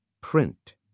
print